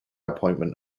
appointment